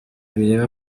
bireba